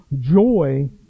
joy